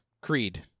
creed